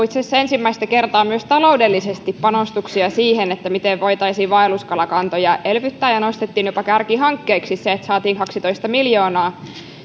itse asiassa ensimmäistä kertaa myös taloudellisesti panostaa siihen miten voitaisiin vaelluskalakantoja elvyttää ja nostettiin se jopa kärkihankkeeksi saatiin kaksitoista miljoonaa